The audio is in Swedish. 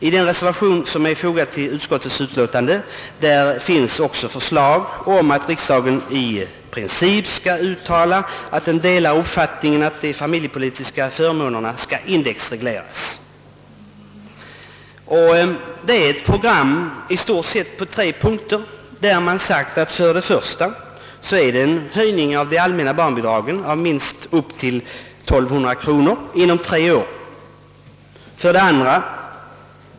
I den reserva tion, som är fogad till utskottets utlåtande, framförs förslag om att de familjepolitiska förmånerna bör indexregleras, att det bör ske en höjning av de allmänna barnbidragen så att de inom tre år uppnår en storlek av minst 1200 kronor per barn och år.